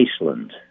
Iceland